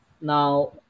now